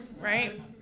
Right